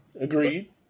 Agreed